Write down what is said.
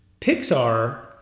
Pixar